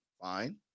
Fine